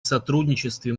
сотрудничестве